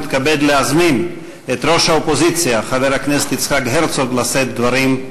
אני מתכבד להזמין את ראש האופוזיציה חבר הכנסת יצחק הרצוג לשאת דברים.